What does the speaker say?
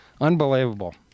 Unbelievable